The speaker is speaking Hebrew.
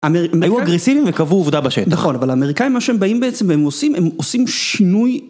נהיו אגרסיבים וקבעו עובדה בשטח. נכון אבל האמריקאים מה שהם באים בעצם והם עושים, הם עושים שינוי